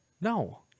No